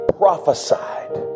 prophesied